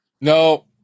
No